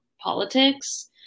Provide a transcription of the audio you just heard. politics